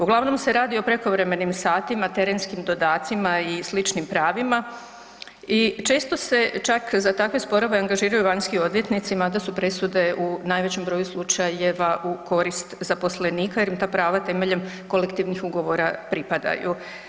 Uglavnom se radi o prekovremenim satima, terenskim dodacima i sličnim pravima i često se čak za takve sporove angažiraju vanjski odvjetnici mada su presude u najvećem broju slučajeva u korist zaposlenika jer im ta prava temeljem kolektivnih ugovora pripadaju.